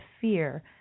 fear